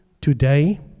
today